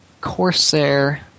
Corsair